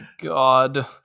God